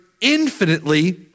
infinitely